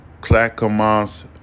Clackamas